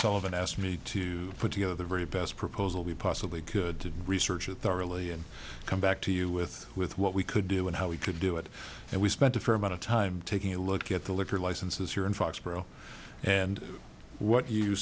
sullivan asked me to put together the very best proposal we possibly could to research it thoroughly and come back to you with with what we could do and how we could do it and we spent a fair amount of time taking a look at the liquor licenses here in foxboro and what you